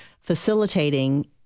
facilitating